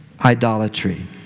idolatry